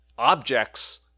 Objects